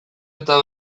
eta